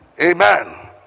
Amen